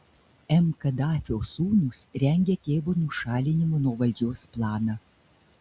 m kadafio sūnūs rengia tėvo nušalinimo nuo valdžios planą